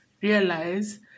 realize